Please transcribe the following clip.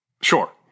Sure